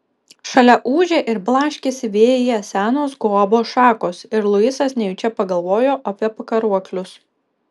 šalia ūžė ir blaškėsi vėjyje senos guobos šakos ir luisas nejučia pagalvojo apie pakaruoklius